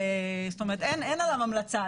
אין עליו המלצה,